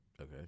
Okay